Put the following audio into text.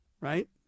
Right